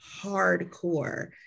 hardcore